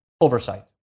oversight